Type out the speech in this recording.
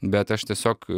bet aš tiesiog